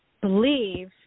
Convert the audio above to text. believe